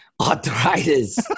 Arthritis